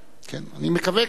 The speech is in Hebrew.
אני מקווה כך.